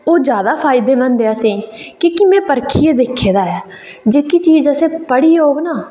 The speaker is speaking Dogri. ओह् जैदा फायदेमंद ऐ असें गी की के में परखियै दिक्खे दा ऐ जेहकी चीज असें पढ़ी दी होग ना